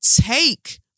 take